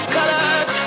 colors